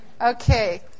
Okay